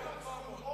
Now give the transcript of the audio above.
מה עם הצפונבונים?